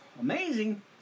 Amazing